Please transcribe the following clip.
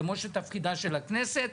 כמו שתפקידה של הכנסת,